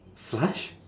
flush